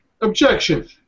Objection